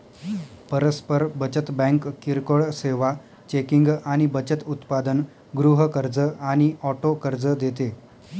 परस्पर बचत बँक किरकोळ सेवा, चेकिंग आणि बचत उत्पादन, गृह कर्ज आणि ऑटो कर्ज देते